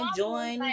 join